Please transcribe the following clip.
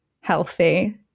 healthy